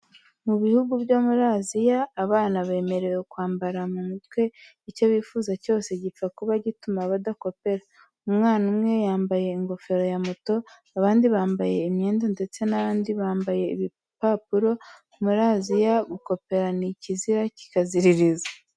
Mu bihugu byo muri Aziya abana bemerewe kwambara mu mutwe icyo bifuje cyose gipfa kuba gituma badakopera. Umwana umwe yambaye ingofero ya moto, abandi bambaye imyenda ndetse n'abandi bambaye ibipapuro. Muri Aziya gukopera ni ikizira kikaziririzwa.